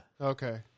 Okay